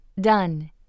Done